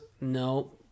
No